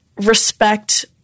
respect